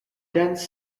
dense